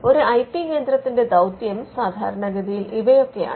ഒരു I P കേന്ദ്രത്തിന്റെ ദൌത്യം സാധാരണഗതിയിൽ ഇവയൊക്കെയാണ്